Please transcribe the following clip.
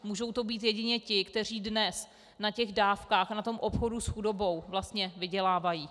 Můžou to být jedině ti, kteří dnes na těch dávkách a na tom obchodu s chudobou vlastně vydělávají.